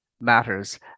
matters